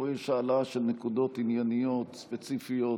פה יש העלאה של נקודות ענייניות, ספציפיות,